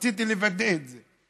רציתי לוודא את זה.